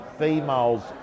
female's